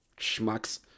Schmucks